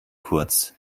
kurz